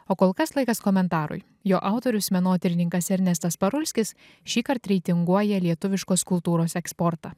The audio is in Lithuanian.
o kol kas laikas komentarui jo autorius menotyrininkas ernestas parulskis šįkart reitinguoja lietuviškos kultūros eksportą